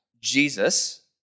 Jesus